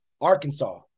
Arkansas